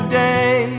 day